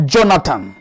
Jonathan